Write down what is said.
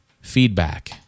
feedback